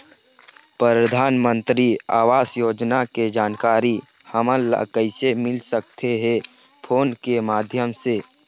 परधानमंतरी आवास योजना के जानकारी हमन ला कइसे मिल सकत हे, फोन के माध्यम से?